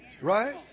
Right